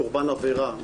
קורבן עבירה,